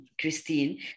Christine